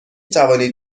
توانید